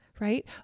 Right